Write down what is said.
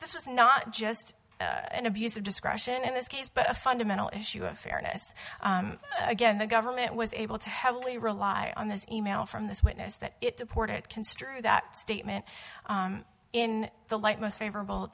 this was not just an abuse of discretion in this case but a fundamental issue of fairness again the government was able to heavily rely on this e mail from this witness that it deported construe that statement in the light most favorable